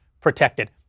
protected